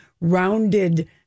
rounded